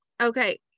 okay